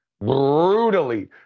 brutally